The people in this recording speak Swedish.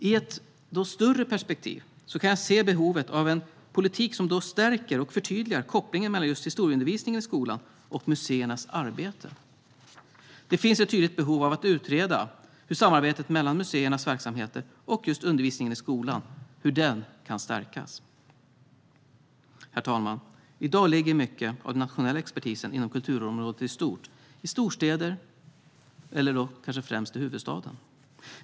I ett större perspektiv kan jag se behovet av en politik som förstärker och förtydligar kopplingen mellan historieundervisningen i skolan och museernas arbete. Det finns ett tydligt behov av att utreda hur samarbetet mellan museernas verksamheter och undervisningen i skolan kan stärkas. Herr talman! I dag ligger mycket av den nationella expertisen inom kulturområdet i stort i storstäder och kanske främst i huvudstaden.